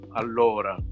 allora